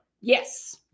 Yes